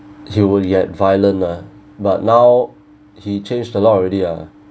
he will get violent ah but now he changed a lot already ah